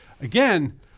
Again